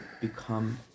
become